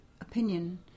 opinion